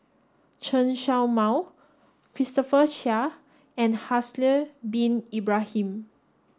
Chen Show Mao Christopher Chia and Haslir Bin Ibrahim